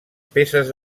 peces